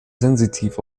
sensitiv